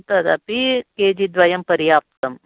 तदपी K G द्वयं पर्याप्तम्